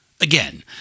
Again